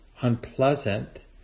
unpleasant